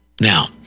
Now